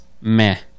meh